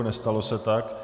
Nestalo se tak.